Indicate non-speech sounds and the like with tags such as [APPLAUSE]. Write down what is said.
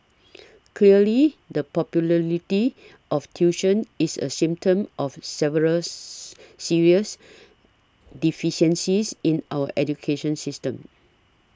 clearly the popularity of tuition is a symptom of several [NOISE] serious deficiencies in our education system